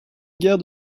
gare